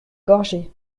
gorgé